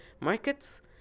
markets